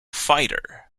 fighter